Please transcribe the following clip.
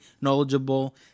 knowledgeable